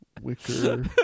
Wicker